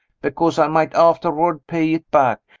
because i might afterward pay it back.